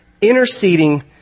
interceding